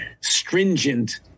stringent